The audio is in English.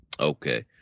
Okay